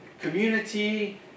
community